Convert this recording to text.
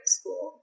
school